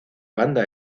banda